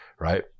right